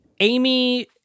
Amy